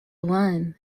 one